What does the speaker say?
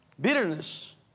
Bitterness